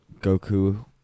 Goku